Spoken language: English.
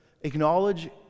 acknowledge